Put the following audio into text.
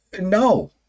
no